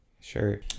Sure